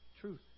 truth